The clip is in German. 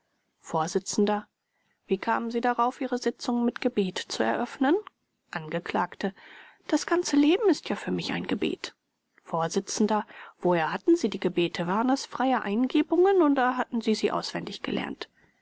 vors wie kamen sie darauf ihre sitzungen mit gebet zu eröffnen angekl das ganze leben ist ja für mich ein gebet vors woher hatten sie die gebete waren es freie eingebungen oder hatten sie sie auswendig gelernt